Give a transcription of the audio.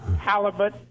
halibut